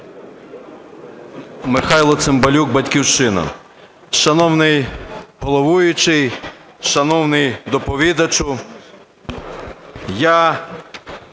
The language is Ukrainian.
Михайло Цимбалюк, "Батьківщина". Шановний головуючий, шановний доповідачу! Я